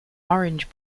orange